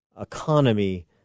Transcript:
economy